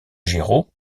géraud